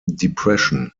depression